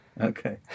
Okay